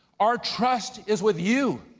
our trust is with you